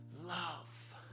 love